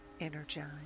energized